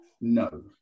No